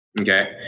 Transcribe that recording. okay